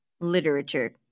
literature